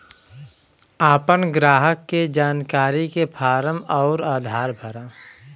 आपन ग्राहक के जानकारी के फारम अउर आधार भरा